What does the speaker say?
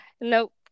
Nope